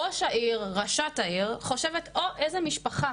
ראש העיר חושבת או איזה משפחה